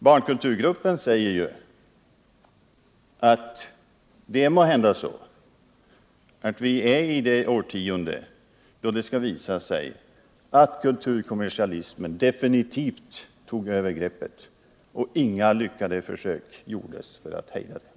Barnkulturgruppen säger att det måhända är så att vi är i det årtionde då det skall visa sig att kulturkommersialismen definitivt tog över greppet och inga lyckade försök gjordes att hejda den.